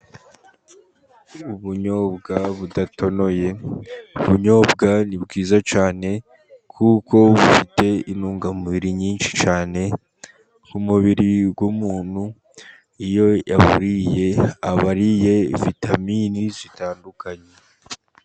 Ubunyobwa budatonoye, ubunyobwa ni bwiza cyane kuko bufite intungamubiri nyinshi cyane mu mubiri w'umuntu. Iyo yaburiye aba ariye vitamini zitandukanye.